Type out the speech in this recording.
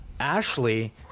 Ashley